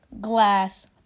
Glass